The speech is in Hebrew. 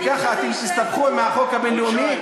וככה תסתבכו עם החוק הבין-לאומי,